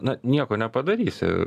na nieko nepadarysi